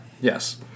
Yes